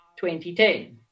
2010